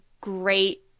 great